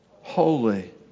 holy